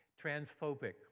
transphobic